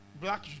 black